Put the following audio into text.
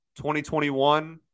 2021